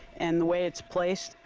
and the way it's placed,